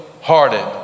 hearted